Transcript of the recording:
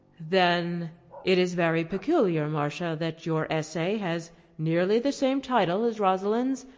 then it is very peculiar, marcia, that your essay has nearly the same title as rosalind's,